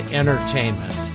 entertainment